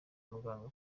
muganga